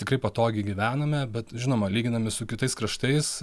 tikrai patogiai gyvename bet žinoma lyginame su kitais kraštais